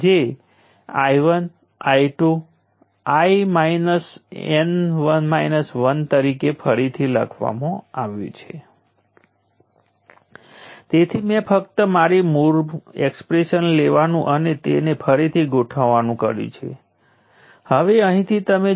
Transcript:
તેથી ઢાળની ગણતરી કરવી સરળ છે તે 100 માઇક્રોસેકન્ડના ઈન્ટરવલ ઉપર 10 મિલીએમ્પ ફેરફારના 1 મિલી હેનરી ગણા હશે આ 0